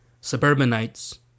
suburbanites